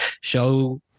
show